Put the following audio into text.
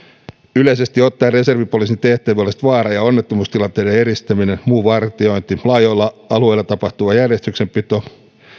yleisesti ottaen reservipoliisin tehtävät olisivat vaara ja onnettomuustilanteiden eristäminen muu vartiointi laajoilla alueilla tapahtuva järjestyksenpito